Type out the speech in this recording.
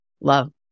Love